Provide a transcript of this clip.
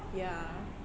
ya